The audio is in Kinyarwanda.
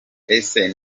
ese